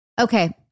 Okay